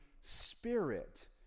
Spirit